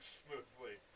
smoothly